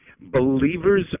Believers